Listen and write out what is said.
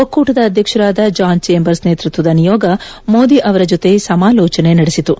ಒಕ್ಕೂಟದ ಅಧ್ಯಕ್ಷರಾದ John Chambers ನೇತ್ಪತ್ಲದ ನಿಯೋಗ ಮೋದಿ ಅವರ ಜತೆ ಸಮಾಲೋಚನೆ ನಡೆಸಿತು